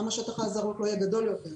למה שטח האזהרות לא יהיה גדול יותר?